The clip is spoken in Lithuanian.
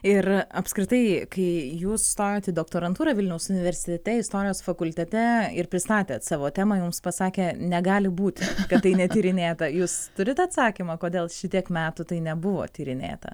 ir apskritai kai jūs stojot į doktorantūrą vilniaus universitete istorijos fakultete ir pristatėt savo temą jums pasakė negali būt kad tai netyrinėta jūs turit atsakymą kodėl šitiek metų tai nebuvo tyrinėta